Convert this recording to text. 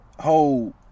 whole